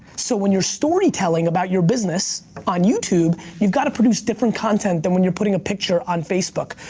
so when you're story telling about your business on youtube, you've gotta produce different content than when you're putting a picture on facebook.